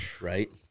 right